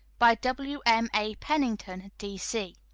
by wm. a. pennington, d c.